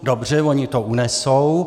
Dobře, oni to unesou.